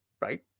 Right